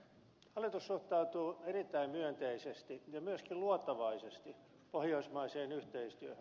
hallitus suhtautuu erittäin myönteisesti ja myöskin luottavaisesti pohjoismaiseen yhteistyöhön